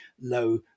low